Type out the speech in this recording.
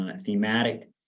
thematic